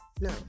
No